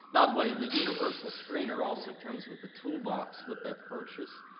by the way, the universal screener also comes with a toolbox with that purchase,